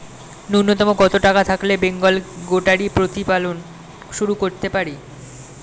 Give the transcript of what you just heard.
নূন্যতম কত টাকা থাকলে বেঙ্গল গোটারি প্রতিপালন শুরু করতে পারি?